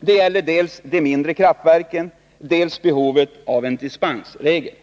Det gäller dels de mindre kraftverken, dels behovet av en dispensregel.